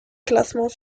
classement